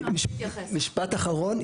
משפט אחרון.